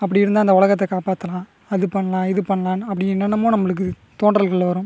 அப்படி இருந்தால் இந்த உலகத்த காப்பாற்றலாம் அது பண்ணலாம் இது பண்ணலான்னா அப்படி என்னென்னமோ நம்மளுக்கு தோன்றல்கள் வரும்